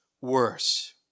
worse